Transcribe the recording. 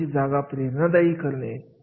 कामाची जागा प्रेरणादायी तयार करणे